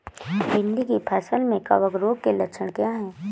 भिंडी की फसल में कवक रोग के लक्षण क्या है?